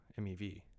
MeV